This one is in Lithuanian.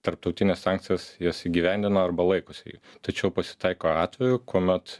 tarptautines sankcijas jas įgyvendina arba laikosi jų tačiau pasitaiko atvejų kuomet